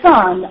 Son